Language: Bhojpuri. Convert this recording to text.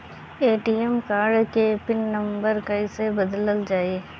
ए.टी.एम कार्ड के पिन नम्बर कईसे बदलल जाई?